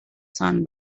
sun